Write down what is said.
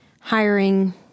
hiring